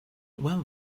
well